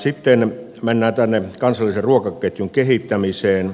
sitten mennään kansallisen ruokaketjun kehittämiseen